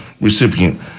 recipient